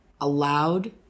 allowed